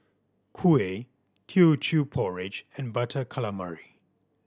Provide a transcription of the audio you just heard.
kuih Teochew Porridge and Butter Calamari